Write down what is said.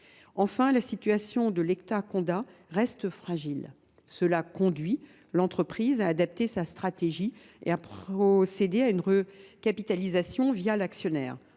La situation de Lecta Condat reste fragile, ce qui conduit l’entreprise à adapter sa stratégie et à procéder à une recapitalisation l’actionnaire.